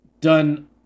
done